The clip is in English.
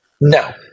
No